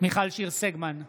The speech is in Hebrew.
מיכל שיר סגמן,